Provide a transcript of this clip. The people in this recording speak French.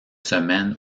semaines